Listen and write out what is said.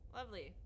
Lovely